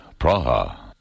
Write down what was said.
Praha